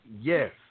Yes